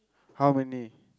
how many